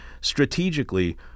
Strategically